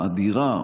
אדירה,